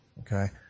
Okay